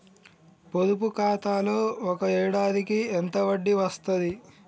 పొదుపు ఖాతాలో ఒక ఏడాదికి ఎంత వడ్డీ వస్తది?